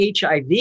HIV